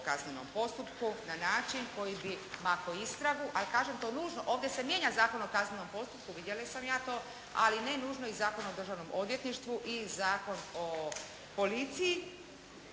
o kaznenom postupku na način koji bi … /Govornica se ne razumije./ … istragu? Ali kažem to nužno. Ovdje se mijenja Zakon o kaznenom postupku, vidjela sam ja to, ali ne nužno i Zakon o Državnom odvjetništvu i Zakon o policiji